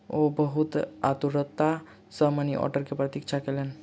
ओ बहुत आतुरता सॅ मनी आर्डर के प्रतीक्षा कयलैन